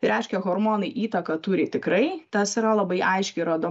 reiškia hormonai įtaką turi tikrai tas yra labai aiškiai rodo